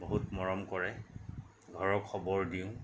বহুত মৰম কৰে ঘৰৰ খবৰ দিওঁ